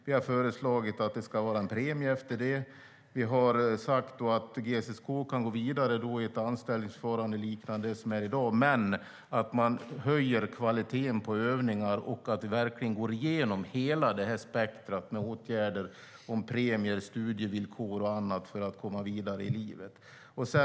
Vi har föreslagit att det ska vara en premie efter det. Vi har sagt att GSS/K kan gå vidare i ett anställningsförfarande liknande det som finns i dag men att man höjer kvaliteten på övningar och att vi verkligen går igenom hela det här spektrumet med åtgärder om premier, studievillkor och annat för att komma vidare i livet.